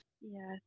Yes